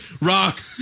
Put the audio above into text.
Rock